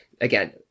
again